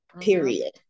period